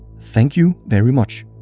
thank you very much.